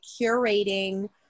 curating